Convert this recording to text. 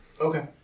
Okay